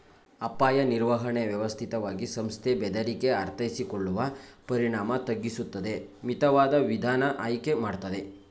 ಅಪಾಯ ನಿರ್ವಹಣೆ ವ್ಯವಸ್ಥಿತವಾಗಿ ಸಂಸ್ಥೆ ಬೆದರಿಕೆ ಅರ್ಥೈಸಿಕೊಳ್ಳುವ ಪರಿಣಾಮ ತಗ್ಗಿಸುತ್ತದೆ ಮಿತವಾದ ವಿಧಾನ ಆಯ್ಕೆ ಮಾಡ್ತದೆ